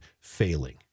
failing